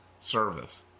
service